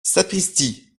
sapristi